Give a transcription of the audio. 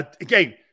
Again